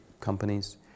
companies